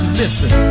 listen